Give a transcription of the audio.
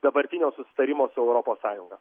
dabartinio susitarimo su europos sąjunga